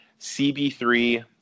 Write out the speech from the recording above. CB3